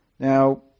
Now